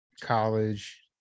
college